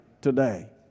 today